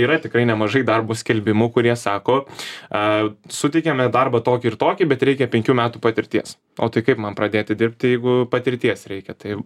yra tikrai nemažai darbo skelbimų kurie sako suteikiame darbą tokį ir tokį bet reikia penkių metų patirties o tai kaip man pradėti dirbti jeigu patirties reikia tai